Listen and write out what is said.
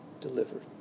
delivered